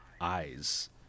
eyes